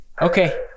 Okay